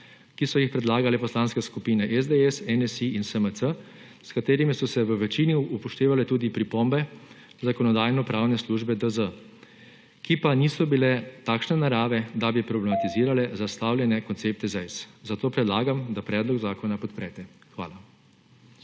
ki so jih predlagale poslanske skupine SDS, NSi in SMC, s katerimi so se v večini upoštevale tudi pripombe Zakonodajno-pravne službe DZ, ki pa niso bile takšne narave, da bi problematizirale zastavljene koncepte ZEISZ. Zato predlagam, da predlog zakona podprete. Hvala.